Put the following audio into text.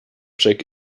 check